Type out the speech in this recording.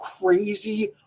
crazy